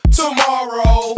tomorrow